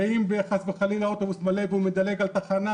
ואם חלילה אוטובוס מלא והוא מדלג על תחנה,